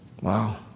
Wow